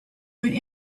went